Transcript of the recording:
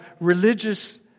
religious